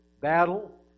battle